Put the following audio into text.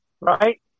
Right